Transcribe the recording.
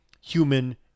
human